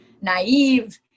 naive